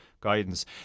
guidance